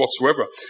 whatsoever